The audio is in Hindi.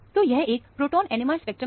तो यह एक प्रोटोन NMR स्पेक्ट्रम है